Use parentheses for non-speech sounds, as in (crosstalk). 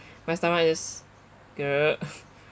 my stomach just (noise) (laughs)